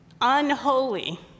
unholy